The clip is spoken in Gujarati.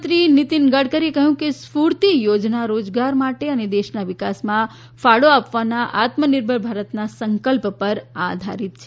મંત્રી નીતિન ગડકરીએ કહ્યું છે કે સ્ફૂર્તિ યોજના રોજગાર માટે અને દેશના વિકાસમાં ફાળી આપવાના આત્મનિર્ભર ભારતના સંકલ્પ પર આધારિત છે